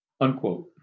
Unquote